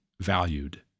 valued